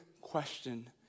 question